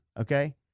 Okay